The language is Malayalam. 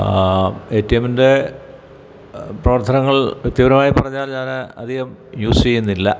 എ റ്റി എമ്മിൻ്റെ പ്രവർത്തനങ്ങൾ വ്യക്തിപരമായി പറഞ്ഞാല് ഞാന് അധികം യൂസെയ്യുന്നില്ല